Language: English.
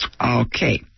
Okay